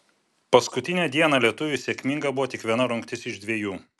paskutinę dieną lietuviui sėkminga buvo tik viena rungtis iš dvejų